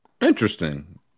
interesting